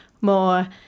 more